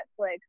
Netflix